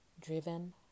driven